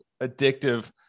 addictive